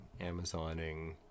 Amazoning